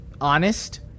honest